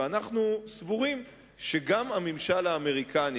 ואנחנו סבורים שגם הממשל האמריקני,